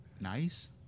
nice